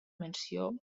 menció